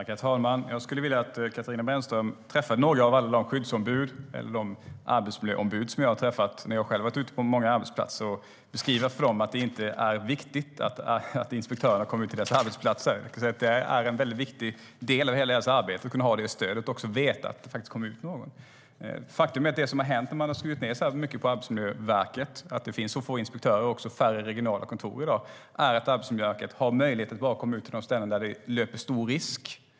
Herr talman! Jag skulle vilja att Katarina Brännström träffade några av alla de skyddsombud och arbetsmiljöombud som jag träffat när jag själv varit ute på många arbetsplatser och att hon beskrev för dem att hon inte tycker att det är viktigt att inspektörerna kommer ut till deras arbetsplatser. Jag kan säga att det är en väldigt viktig del av hela deras arbete att ha det stödet och veta att det faktiskt kommer ut någon. Efter att man skurit ned så mycket på Arbetsmiljöverket, så att antalet inspektörer och regionala kontor minskat, har Arbetsmiljöverket bara möjlighet att komma ut till de ställen där det finns stora risker.